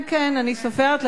כן כן, אני סופרת.